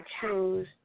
choose